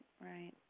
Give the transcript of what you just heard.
right